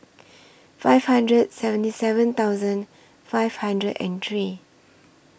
five hundred seventy seven thousand five hundred and three